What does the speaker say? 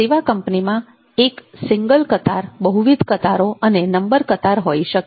સેવા કંપનીમાં એક સિંગલ કતાર બહુવિધ કતારો અને નંબર કતાર હોઈ શકે